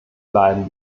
bleiben